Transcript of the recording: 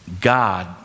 God